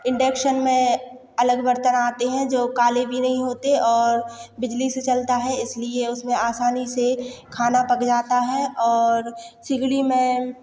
induction में अलग बर्तन आते हैं जो काले भी नहीं होते और बिजली से चलता है इसलिए इसमें आसानी से खाना पक जाता है और सिगड़ी में